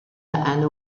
and